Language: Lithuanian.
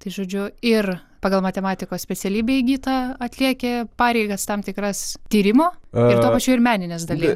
tai žodžiu ir pagal matematikos specialybę įgytą atlieki pareigas tam tikras tyrimo ir tuo pačiu ir meninės dalies